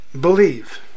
believe